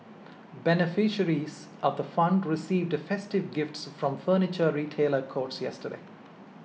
beneficiaries of the fund received festive gifts from Furniture Retailer Courts yesterday